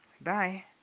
Bye